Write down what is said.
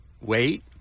wait